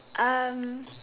um